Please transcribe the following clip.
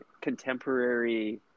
contemporary